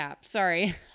sorry